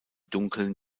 dunkeln